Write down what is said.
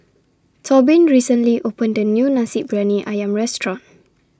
Tobin recently opened A New Nasi Briyani Ayam Restaurant